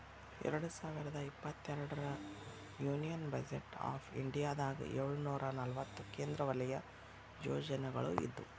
ಎರಡ್ ಸಾವಿರದ ಇಪ್ಪತ್ತೆರಡರ ಯೂನಿಯನ್ ಬಜೆಟ್ ಆಫ್ ಇಂಡಿಯಾದಾಗ ಏಳುನೂರ ನಲವತ್ತ ಕೇಂದ್ರ ವಲಯ ಯೋಜನೆಗಳ ಇದ್ವು